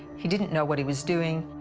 he didn't know what he was doing.